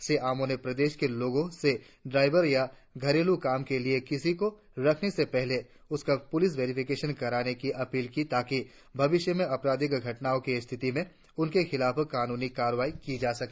श्री आमो ने प्रदेश के लोगों से ड्रावर या घरेलू काम के लिए किसी को रखने से पहले उसका पुलिस वेरिफिकेशन कराने की अपील की ताकि भविष्य में अपराधिक घटनाओं की स्थिति में उनके खिलाफ कानूनी कार्रवाई की जा सके